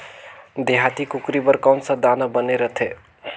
देहाती कुकरी बर कौन सा दाना बने रथे?